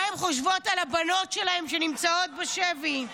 מה הן חושבות על הבנות שלהן שנמצאות בשבי.